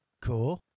Cool